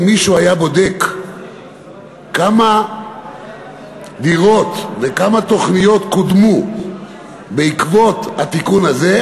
אם מישהו היה בודק כמה דירות וכמה תוכניות קודמו בעקבות התיקון הזה,